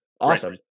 Awesome